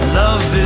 love